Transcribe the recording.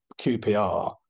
QPR